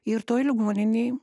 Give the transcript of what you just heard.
ir toj ligoninėj